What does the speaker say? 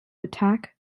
attack